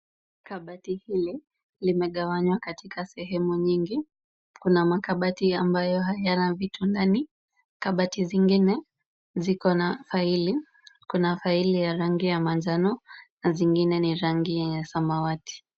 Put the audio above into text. Kabati hili limegawanywa katika sehemu nyingi. Kuna makabati ambayo hayana vitu ndani. Kabati zingine ziko na faili. Kuna faili ya rangi ya manjano na zingine ni rangi yenye samawati.